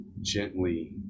gently